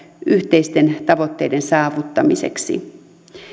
yhteisten tavoitteiden saavuttamiseksi